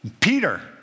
Peter